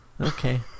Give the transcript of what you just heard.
Okay